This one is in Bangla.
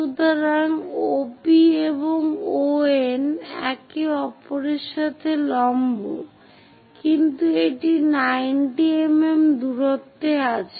সুতরাং OP এবং ON একে অপরের সাথে লম্ব কিন্তু এটি 19 mm দূরত্বে আছে